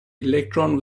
electron